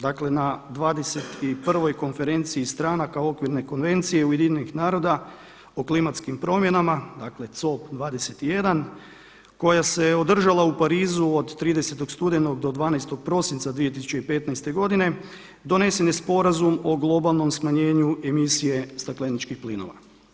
Dakle na 21. konferenciji stranaka Okvirne konvencije UN-a o klimatskim promjenama, dakle COP 21 koja se održala u Parizu od 30. studenog do 12. prosinca 2015. godine donesen je sporazum o globalnom smanjenju emisije stakleničkih plinova.